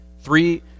Three